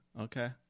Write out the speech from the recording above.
okay